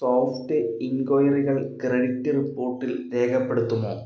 soft ഇൻക്വയറികൾ credit റിപ്പോർട്ടിൽ രേഖപ്പെടുത്തുമോ